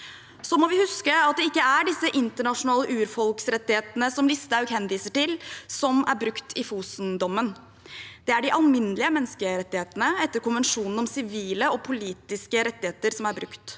Så må vi huske at det ikke er disse internasjonale urfolksrettighetene, som Listhaug henviser til, som er brukt i Fosen-dommen. Der er det de alminnelige menneskerettighetene, etter konvensjonen om sivile og politiske rettigheter som er brukt.